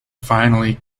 finally